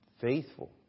faithful